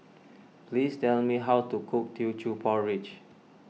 please tell me how to cook Teochew Porridge